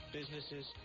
businesses